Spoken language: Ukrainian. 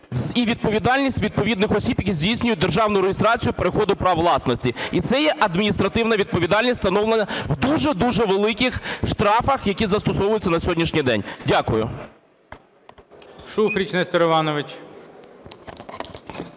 і відповідальність відповідних осіб, які здійснюють державну реєстрацію переходу прав власності. І це є адміністративна відповідальність встановлена в дуже-дуже великих штрафах, які застосовуються на сьогоднішній день. Дякую.